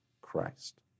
Christ